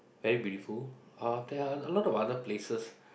very beautiful uh there are a lot of other places